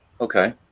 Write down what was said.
Okay